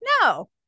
no